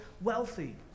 wealthy